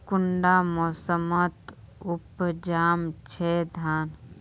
कुंडा मोसमोत उपजाम छै धान?